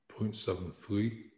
0.73